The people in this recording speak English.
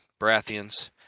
Baratheons